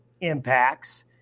impacts